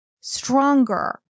stronger